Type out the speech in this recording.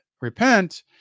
repent